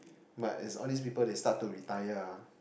but if all these people they start to retire ah